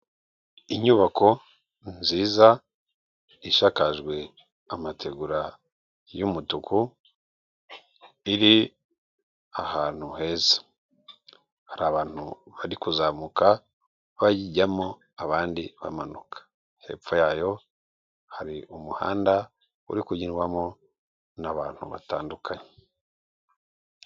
Inyubako nziza ishakakajwe amategura y'umutuku, iri ahantu heza. Hari abantu bari kuzamuka bayijyamo abandi bamanuka. Hepfo yayo hari umuhanda uri kugendwamo n'abantu batandukanye.